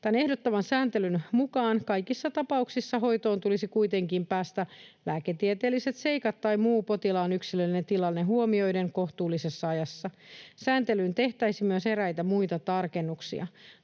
ehdotettavan sääntelyn mukaan kaikissa tapauksissa hoitoon tulisi kuitenkin päästä lääketieteelliset seikat tai muu potilaan yksilöllinen tilanne huomioiden kohtuullisessa ajassa. Sääntelyyn tehtäisiin myös eräitä muita tarkennuksia.